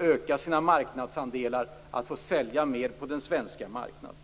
öka sina marknadsandelar och sälja mer på den svenska marknaden.